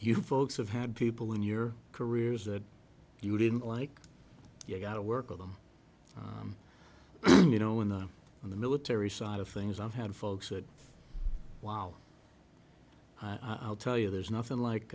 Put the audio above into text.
you folks have had people in your careers that you didn't like you got to work with them you know in the in the military side of things i've had folks that while i'll tell you there's nothing